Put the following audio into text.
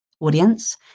audience